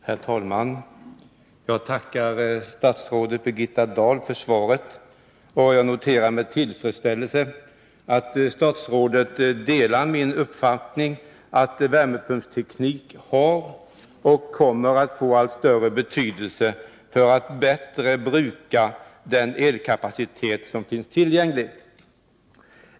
Herr talman! Jag tackar statsrådet Birgitta Dahl för svaret. Jag noterar med tillfredsställelse att statsrådet delar min uppfattning att värmepumpstekniken har och kommer att få allt större betydelse för att ”bättre bruka” den elkapacitet som finns tillgänglig.